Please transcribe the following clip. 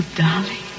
darling